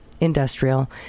industrial